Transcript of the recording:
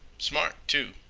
smart, too.